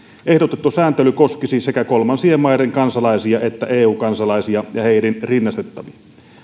ehdotettu sääntely koskisi sekä kolmansien maiden kansalaisia että eu kansalaisia ja heihin rinnastettavia